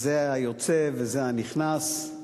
זה היוצא וזה הנכנס,